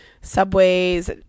subways